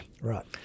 Right